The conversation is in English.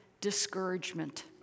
discouragement